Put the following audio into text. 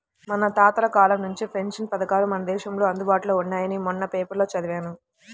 మన తాతల కాలం నుంచే పెన్షన్ పథకాలు మన దేశంలో అందుబాటులో ఉన్నాయని మొన్న పేపర్లో చదివాను